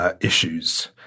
issues